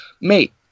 Mate